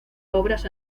obras